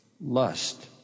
Lust